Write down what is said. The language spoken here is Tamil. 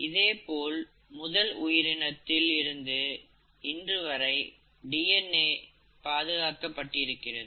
இதேபோல் முதல் உயிரினத்தில் இருந்து இன்றுவரை டிஎன்ஏ உம் பாதுகாக்க பட்டிருக்கிறது